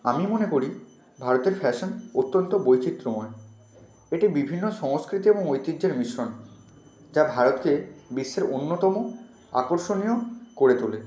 আমি মনে করি ভারতের ফ্যাশন অত্যন্ত বৈচিত্র্যময় এটি বিভিন্ন সংস্কৃতি এবং ঐতিহ্যের মিশ্রণ যা ভারতকে বিশ্বের অন্যতম আকর্ষণীয় করে তোলে